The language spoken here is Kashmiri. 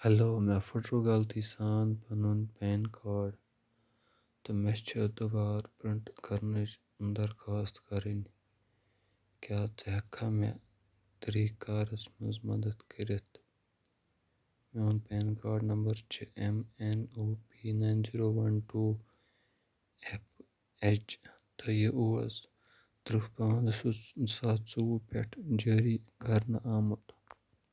ہٮ۪لو مےٚ پھٕٹرو غلطی سان پَنُن پین کارڈ تہٕ مےٚ چھِ دُبارٕ پرٛنٛٹ کَرنٕچ درخواستہٕ کَرٕنۍ کیٛاہ ژٕ ہٮ۪ککھا مےٚ طریٖقہٕ کارَس منٛز مدتھ کٔرِتھ میون پین کارڈ نمبَر چھِ M N O P nine zero one two F H تہٕ یہِ اوس تٕرٛہ پانٛژھ زٕ ساس زٕ ساس ژوٚوُہ پٮ۪ٹھٕ جٲری کرنہٕ آمُت